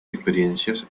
experiencias